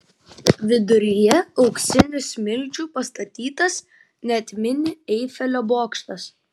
viduryje auksinių smilčių pastatytas net mini eifelio bokštas